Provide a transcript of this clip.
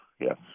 yes